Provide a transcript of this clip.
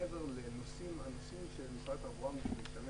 מעבר לנושאים הנושאים שמשרד התחבורה משתמש